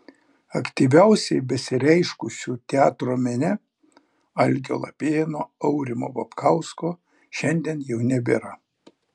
aktyviausiai besireiškusių teatro mene algio lapėno aurimo babkausko šiandien jau nebėra